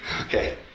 Okay